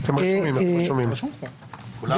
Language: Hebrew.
כרגע